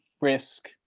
risk